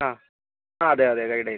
ആ അതെ അതെ ഗൈഡ് ആയിരുന്നു